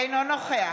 אינו נוכח